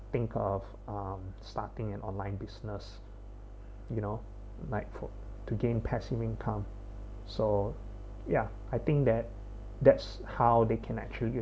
think of um starting an online business you know like for to gain passive income so ya I think that that's how they connect through you